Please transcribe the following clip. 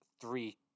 three –